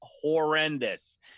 horrendous